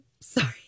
Sorry